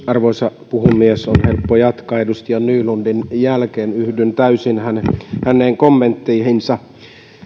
arvoisa puhemies on helppo jatkaa edustaja nylundin jälkeen yhdyn täysin hänen hänen kommentteihinsa